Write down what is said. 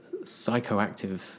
psychoactive